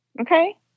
Okay